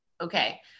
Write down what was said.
okay